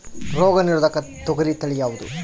ರೋಗ ನಿರೋಧಕ ತೊಗರಿ ತಳಿ ಯಾವುದು?